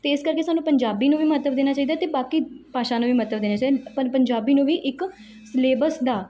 ਅਤੇ ਇਸ ਕਰਕੇ ਸਾਨੂੰ ਪੰਜਾਬੀ ਨੂੰ ਵੀ ਮਹੱਤਵ ਦੇਣਾ ਚਾਹੀਦਾ ਅਤੇ ਬਾਕੀ ਭਾਸ਼ਾ ਨੂੰ ਵੀ ਮਹੱਤਵ ਦੇਣਾ ਚਾਹੀ ਪਰ ਪੰਜਾਬੀ ਨੂੰ ਵੀ ਇੱਕ ਸਿਲੇਬਸ ਦਾ